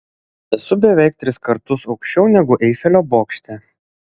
esu beveik tris kartus aukščiau negu eifelio bokšte